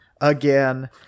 again